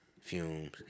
Fumes